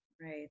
Right